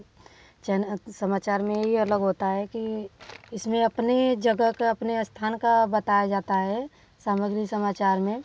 चैन समाचार में यही अलग होता है कि इसमें अपनी जगह का अपने स्थान का बताया जाता है समग्री समाचार में